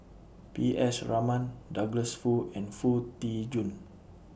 P S Raman Douglas Foo and Foo Tee Jun